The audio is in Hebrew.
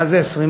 מה זה 20%?